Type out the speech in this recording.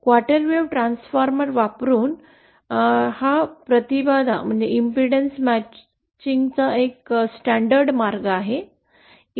quarter wave transformer वापरुन हा प्रतिबाधा जुळण्याचा हा एक मानक मार्ग आहे